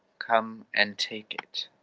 come and take it.